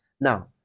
Now